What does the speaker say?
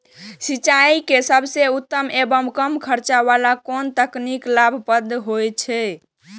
सिंचाई के सबसे उत्तम एवं कम खर्च वाला कोन तकनीक लाभप्रद होयत छै?